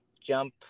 jump